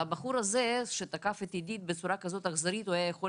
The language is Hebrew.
והבחור הזה שתקף את אידית בצורה כזאת אכזרית היה יכול